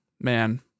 man